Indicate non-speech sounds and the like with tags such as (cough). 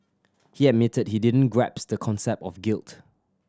he admitted he didn't (unintelligible) the concept of guilt